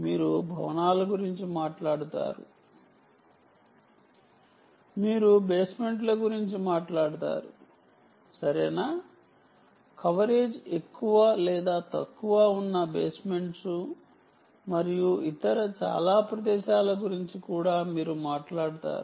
మీరు భవనాల గురించి మాట్లాడినప్పుడు మీరు బేస్మెంట్ల గురించి కూడా మాట్లాడుతారు సరేనా కవరేజ్ ఎక్కువ లేదా తక్కువ ఉన్న బేస్మెంట్స్ మరియు చాలా ఇతర ప్రదేశాల గురించి కూడా మీరు మాట్లాడతారు